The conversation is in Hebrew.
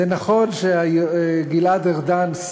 זה נכון שגלעד ארדן,